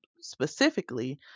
specifically